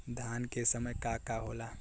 धान के समय का का होला?